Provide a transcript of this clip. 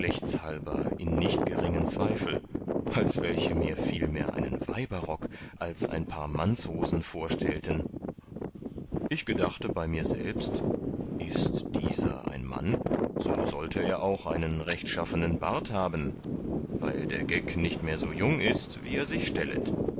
halber in nicht geringen zweifel als welche mir vielmehr einen weiberrock als ein paar mannshosen vorstellten ich gedachte bei mir selbst ist dieser ein mann so sollte er auch einen rechtschaffenen bart haben weil der geck nicht mehr so jung ist wie er sich stellet